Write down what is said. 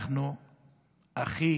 הכי